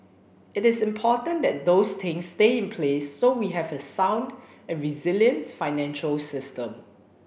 it is important that those things stay in place so we have a sound and resilient financial system